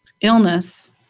illness